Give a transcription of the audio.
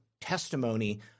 testimony